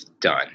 done